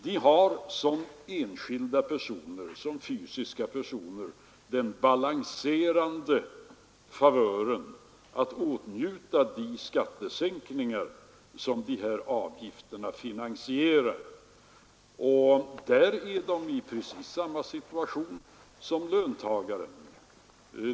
De har som fysiska personer den balanserande favören att åtnjuta de skattesänkningar som dessa avgifter finansierar. Där är de i princip i samma situation som löntagaren.